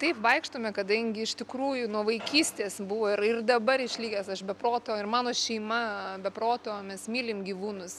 taip vaikštome kadangi iš tikrųjų nuo vaikystės buvo ir ir dabar išlikęs aš be proto ir mano šeima be proto mes mylim gyvūnus